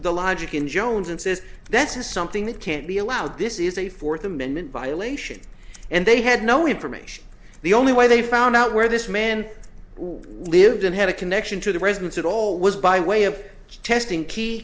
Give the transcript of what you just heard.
the logic in jones insists that's something that can't be allowed this is a fourth amendment violation and they had no information the only way they found out where this man lived and had a connection to the residence at all was by way of testing key